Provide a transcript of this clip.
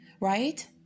right